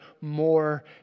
more